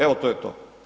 Evo, to je to.